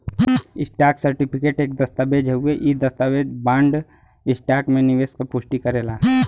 stock certificate एक दस्तावेज़ हउवे इ दस्तावेज बॉन्ड, स्टॉक में निवेश क पुष्टि करेला